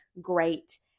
great